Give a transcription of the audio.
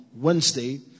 Wednesday